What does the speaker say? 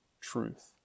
truth